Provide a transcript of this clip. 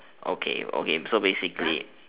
okay okay so basically